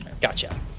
Gotcha